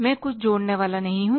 मैं कुछ जोड़ने वाला नहीं हूं